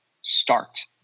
start